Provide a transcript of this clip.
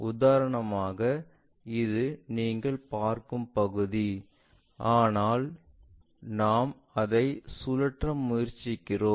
உதாரணமாக இது நீங்கள் பார்க்கும் பகுதி ஆனால் நான் அதை சுழற்ற முயற்சிக்கிறேன்